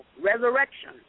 resurrection